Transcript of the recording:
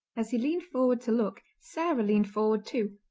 as he leaned forward to look sarah leaned forward too,